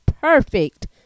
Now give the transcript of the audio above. perfect